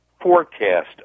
forecast